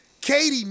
Katie